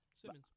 Simmons